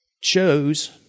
chose